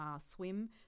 swim